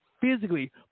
physically